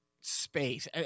space